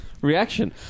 Reaction